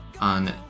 on